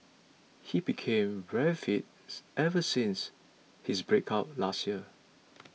he became very fits ever since his breakup last year